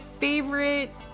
favorite